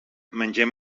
mengem